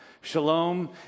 Shalom